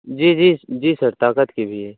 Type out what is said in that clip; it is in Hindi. जी जी जी सर ताकत की भी है